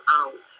out